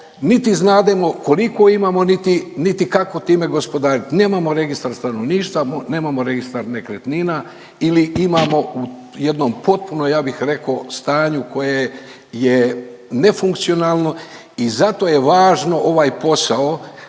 niti znademo koliko imamo, niti, niti kako time gospodariti. Nemamo registar stanovništva, nemamo registar nekretnina ili imamo u jednom potpuno ja bih rekao stanju koje je nefunkcionalno i zato je važno ovaj posao